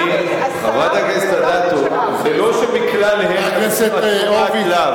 חברת הכנסת אדטו, זה לא שמכלל הן את שומעת לאו.